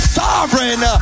sovereign